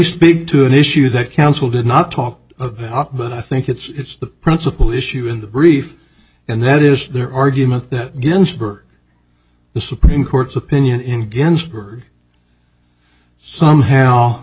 speak to an issue that counsel did not talk about but i think it's the principle issue in the brief and that is their argument that ginsburg the supreme court's opinion in ginsburg somehow